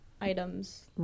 items